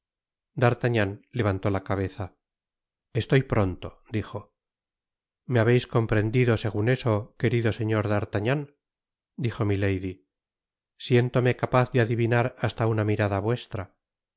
d'artagnan levantó la cabeza estoy pronto dijo me habeis comprendido segun eso querido señor d artagnan dijo milady siéntome capaz de adivinar hasta una mirada vuestra